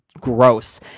gross